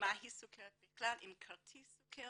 מהי סוכרת בכלל עם כרטיס סוכרת,